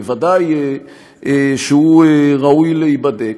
ודאי שהוא ראוי להיבדק.